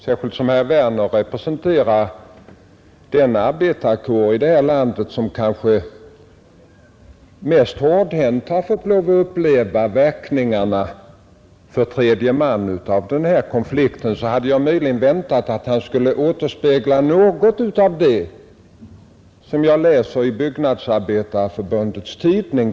Särskilt som herr Werner representerar den arbetarkår här i landet, som kanske mest hårdhänt har fått uppleva verkningarna för tredje man av den här konflikten, hade jag kunnat vänta att hans anförande skulle återspegla något av det som jag läser i Byggnadsarbetareförbundets tidning.